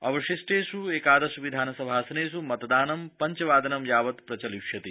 अवशिष्टेष् एकादश विधानसभासनेष् मतदानं पञ्चवादन यावत् प्रचलिष्यति